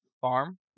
Farm